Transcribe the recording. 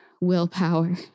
willpower